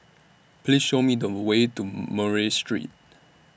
Please Show Me The Way to Murray Street